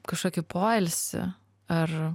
kažkokį poilsį ar